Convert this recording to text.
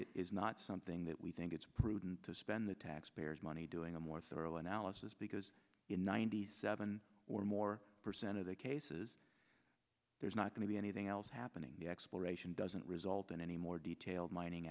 is not something that we think it's proof to spend the taxpayers money doing a more thorough analysis because ninety seven or more percent of the cases there's not going to be anything else happening the exploration doesn't result in any more detailed mining